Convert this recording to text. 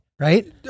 right